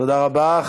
תודה רבה.